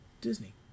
Disney